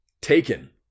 taken